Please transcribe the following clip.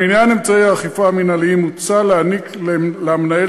במניין אמצעי האכיפה המינהליים מוצע להעניק למנהל